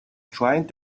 trying